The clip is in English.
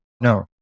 No